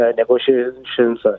negotiations